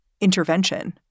intervention